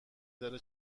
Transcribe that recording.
داره